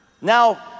now